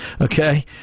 okay